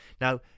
now